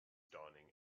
dawning